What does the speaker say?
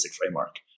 framework